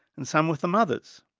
and some with the mother's.